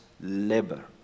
Labor